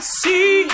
see